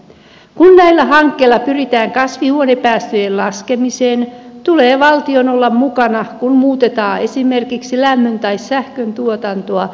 kun näillä hankkeilla pyritään kasvihuonepäästöjen laskemiseen tulee valtion olla mukana kun muutetaan esimerkiksi lämmön tai sähköntuotantoa vähäpäästöisemmäksi